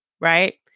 Right